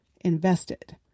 invested